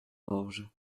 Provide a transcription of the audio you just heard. orge